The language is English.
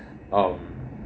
um